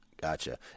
Gotcha